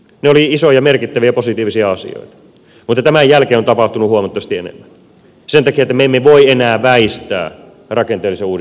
ne olivat isoja merkittäviä positiivisia asioita mutta tämän jälkeen on tapahtunut huomattavasti enemmän sen takia että me emme voi enää väistää rakenteellisen uudistamisen velvoitetta